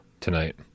tonight